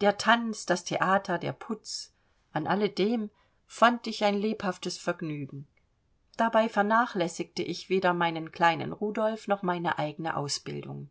der tanz das theater der putz an alledem fand ich lebhaftes vergnügen dabei vernachlässigte ich weder meinen kleinen rudolf noch meine eigene ausbildung